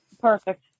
Perfect